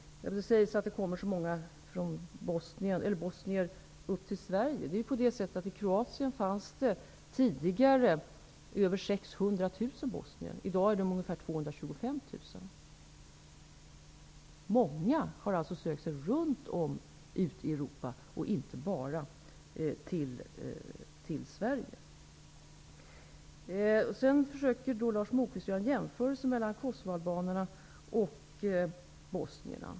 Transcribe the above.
Det sägs att det kommer så många bosnier upp till Sverige. I Kroatien fanns det tidigare över 600 000 bosnier. I dag är de ungefär 225 000. Många har alltså sökt sig ut runt om i Europa, inte bara till Lars Moquist försöker göra en jämförelse mellan kosovoalbanerna och bosnierna.